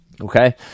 Okay